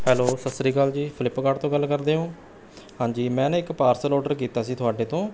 hello Sat Shri Akal ji Flipkart ਤੋਂ ਗੱਲ ਕਰਦੇ ਹੋ ਹਾਂਜੀ ਮੈਂ ਨਾ ਇੱਕ ਪਾਰਸਲ ਔਡਰ ਕੀਤਾ ਸੀ ਤੁਹਾਡੇ ਤੋਂ